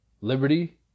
liberty